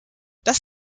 das